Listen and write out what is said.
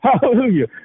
Hallelujah